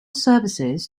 services